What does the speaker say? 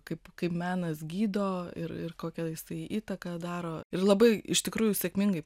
kaip kaip menas gydo ir ir kokią jisai įtaką daro ir labai iš tikrųjų sėkmingai